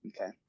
Okay